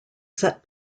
set